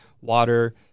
water